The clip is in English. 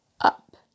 up